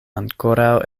ankoraŭ